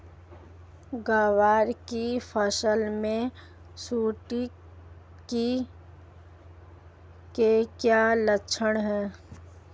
ग्वार की फसल में सुंडी कीट के क्या लक्षण है?